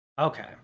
Okay